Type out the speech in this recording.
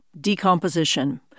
decomposition